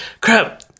Crap